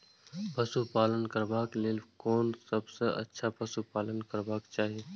पशु पालन करबाक लेल कोन सबसँ अच्छा पशु पालन करबाक चाही?